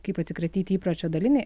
kaip atsikratyti įpročio daliniai